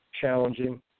challenging